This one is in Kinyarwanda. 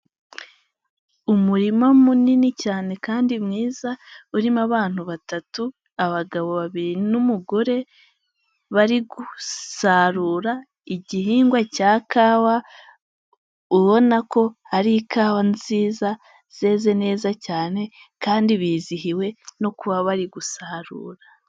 Umurima munini cyane kandi mwiza, urimo abantu batatu, abagabo babiri n'umugore, bari gusarura igihingwa cya kawa, ubona ko ari ikawa nziza yeze neza cyane, kandi bizihiwe no kuba bari gusarura.